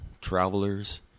travelers